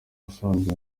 ubusanzwe